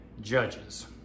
judges